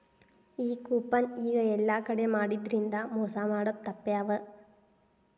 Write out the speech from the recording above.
ಈ ಕೂಪನ್ ಈಗ ಯೆಲ್ಲಾ ಕಡೆ ಮಾಡಿದ್ರಿಂದಾ ಮೊಸಾ ಮಾಡೊದ್ ತಾಪ್ಪ್ಯಾವ